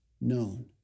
known